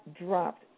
dropped